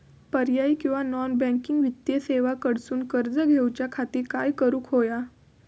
पर्यायी किंवा non banking वित्तीय सेवा कडसून कर्ज घेऊच्या खाती काय करुक होया?